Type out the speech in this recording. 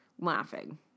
laughing